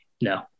no